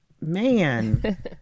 man